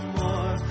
more